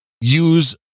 use